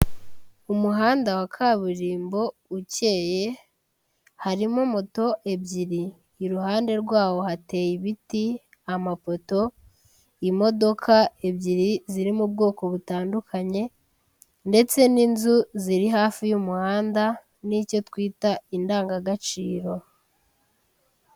Umuhanda wa kaburimbo ukeye, harimo moto ebyiri, iruhande rwawo hateye ibiti, amapoto, imodoka ebyiri ziri mu bwoko butandukanye ndetse n'inzu ziri hafi y'umuhanda n'icyo twita indangagaciro.